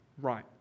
right